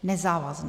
Nezávazný.